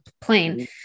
plane